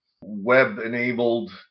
web-enabled